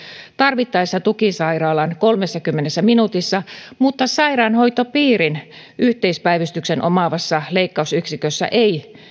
tarvittaessa tukisairaalaan kolmessakymmenessä minuutissa mutta sairaanhoitopiirin yhteispäivystyksen omaavassa leikkausyksikössä ei